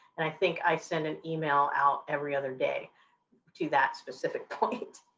and i think i send an email out every other day to that specific point.